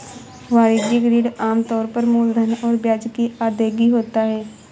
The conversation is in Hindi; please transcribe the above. वाणिज्यिक ऋण आम तौर पर मूलधन और ब्याज की अदायगी होता है